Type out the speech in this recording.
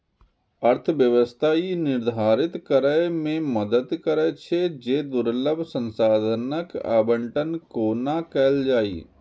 अर्थव्यवस्था ई निर्धारित करै मे मदति करै छै, जे दुर्लभ संसाधनक आवंटन कोना कैल जाए